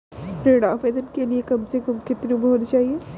ऋण आवेदन के लिए कम से कम कितनी उम्र होनी चाहिए?